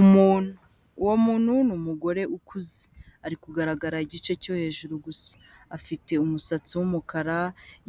Umuntu, uwo muntu n'umugore ukuze, ari kugaragara igice cyo hejuru gusa, afite umusatsi w'umukara,